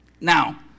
Now